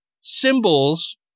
symbols